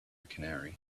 canary